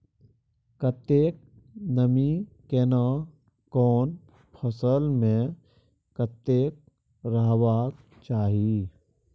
कतेक नमी केना कोन फसल मे कतेक रहबाक चाही?